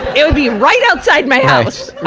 it would be right outside my house!